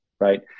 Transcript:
Right